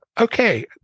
okay